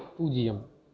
பூஜ்ஜியம்